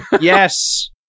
Yes